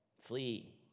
Flee